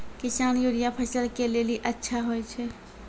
किसान यूरिया फसल के लेली अच्छा होय छै?